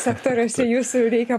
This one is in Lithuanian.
sektoriuose jūsų reikia